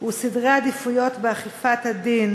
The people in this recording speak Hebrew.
הוא סדרי העדיפויות באכיפת הדין